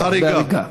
בהריגה.